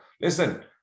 Listen